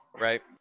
right